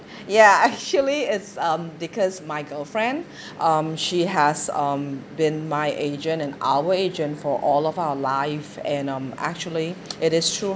ya actually it's um because my girlfriend um she has um been my agent and our agent for all of our life and um actually it is through